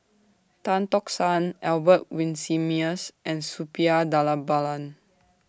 Tan Tock San Albert Winsemius and Suppiah Dhanabalan